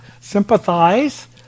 sympathize